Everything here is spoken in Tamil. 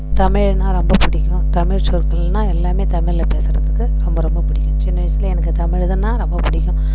தமிழ்ன்னா ரொம்ப பிடிக்கும் தமிழ் சொற்கள்ன்னா எல்லாமே தமிழில் பேசறதுக்கு ரொம்ப ரொம்ப பிடிக்கும் சின்ன வயிசுல எனக்கு தமிழ் இதுன்னா ரொம்ப பிடிக்கும்